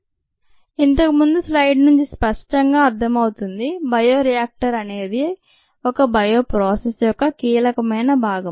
ఇంతకు ముందు స్లైడ్ నుంచి స్పష్టంగా అర్థమవుతోంది బయోరియాక్టర్ అనేది ఒక బయో ప్రాసెస్ యొక్క కీలకమైన భాగం